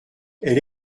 elles